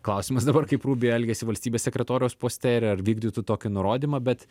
klausimas dabar kaip rubio elgiasi valstybės sekretoriaus poste ir ar vykdytų tokį nurodymą bet